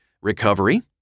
Recovery